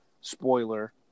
spoiler